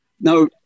now